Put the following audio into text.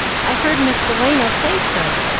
i heard miss delano say so,